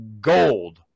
gold